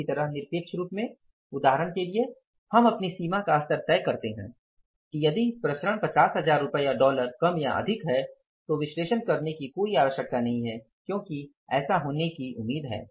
इसी तरह निरपेक्ष रूप में उदाहरण के लिए हम अपनी सीमा का स्तर तय करते हैं कि यदि प्रसरण 50 हज़ार रुपये या डॉलर कम या अधिक हैं तो विश्लेषण करने की कोई आवश्यकता नहीं है क्योंकि ऐसा होने की उम्मीद है